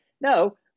No